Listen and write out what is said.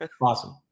awesome